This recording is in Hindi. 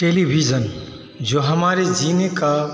टेलिभिज़न जो हमारे जीने का